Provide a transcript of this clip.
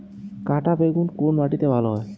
কাঁটা বেগুন কোন মাটিতে ভালো হয়?